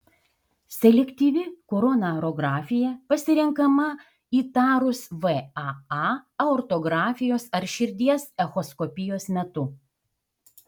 selektyvi koronarografija pasirenkama įtarus vaa aortografijos ar širdies echoskopijos metu